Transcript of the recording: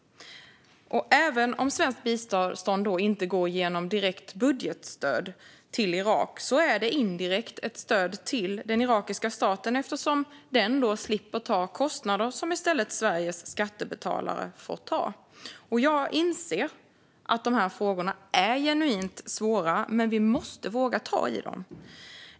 Även om svenskt bistånd inte går till Irak genom direkt budgetstöd är det indirekt ett stöd till den irakiska staten, eftersom den slipper ta kostnader som i stället Sveriges skattebetalare får ta. Jag inser att dessa frågor är genuint svåra, men vi måste våga ta i dem.